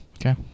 Okay